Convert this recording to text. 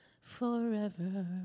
forever